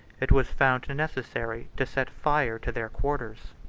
it was found necessary to set fire to their quarters.